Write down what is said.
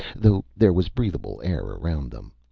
though there was breathable air around them.